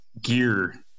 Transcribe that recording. gear